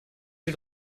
due